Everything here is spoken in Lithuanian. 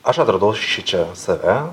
aš atradau šičia save